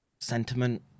sentiment